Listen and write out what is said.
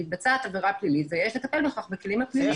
מתבצעת עבירה פלילית ויש לטפל בכך בכלים הפליליים.